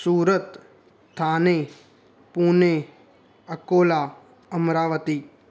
Surat Thane Pune Akola Amravati